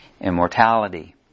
immortality